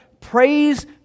praise